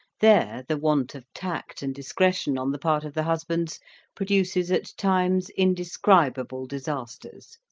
there the want of tact and discretion on the part of the husbands produces at times indescribable disasters.